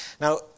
Now